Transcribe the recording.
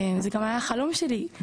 זה גם היה החלום שלי,